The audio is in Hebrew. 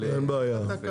אין בעיה.